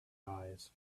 eyes